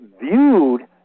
viewed